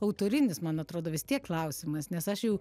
autorinis man atrodo vis tiek klausimas nes aš jau